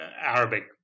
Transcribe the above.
Arabic